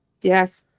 Yes